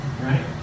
right